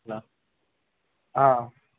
நான் ஆ